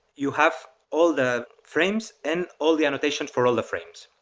you have all the frames and all the annotations for all the frames.